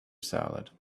salad